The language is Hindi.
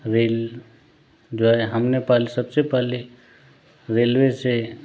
रेल जो है हमने सबसे पहले रेलवे से